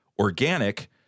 organic